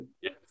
Yes